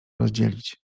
rozdzielić